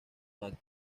actos